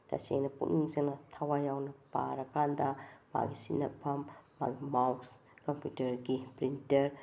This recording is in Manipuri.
ꯃꯁꯦꯡꯅ ꯄꯨꯛꯅꯤꯡ ꯆꯪꯅ ꯊꯋꯥꯏ ꯌꯥꯎꯅ ꯄꯥꯔꯀꯥꯟꯗ ꯃꯥꯒꯤ ꯁꯤꯖꯤꯟꯅꯐꯃ ꯃꯥꯒꯤ ꯃꯥꯎꯁ ꯀꯝꯄ꯭ꯌꯨꯇ꯭ꯔꯒꯤ ꯄ꯭ꯔꯤꯟꯇ꯭ꯔ